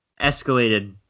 escalated